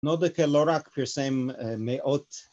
‫נודק לא רק פרסם מאות...